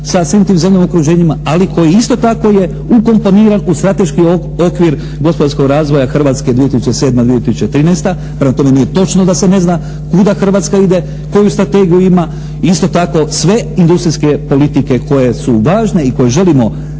sa svim tim zemljama u okruženjima, ali koji isto tako je ukomponiran u strateški okvir gospodarskog razvoja Hrvatske 2007.-2013. Prema nije točno da se ne zna kuda Hrvatska ide, koju strategiju ima i isto tako sve industrijske politike koje su važne i koje želimo strateški